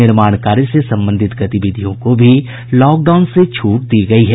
निर्माण कार्य से संबंधित गतिविधियों को भी लॉकडाउन से छूट दी गयी है